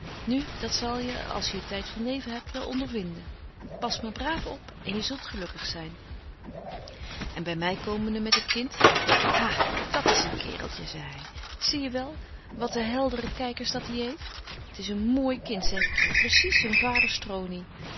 nu dat zul je als je tyd van leven hebt wel ondervinden pas maar braaf op en je zult gelukkig zyn en by my komende met het kind ha dat's een kereltje zei hy zie je wel watte heldere kykers dat hy heeft t is een mooi kind zeg ik je precies zyn vaders tronie